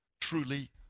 truly